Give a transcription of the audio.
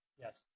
Yes